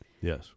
Yes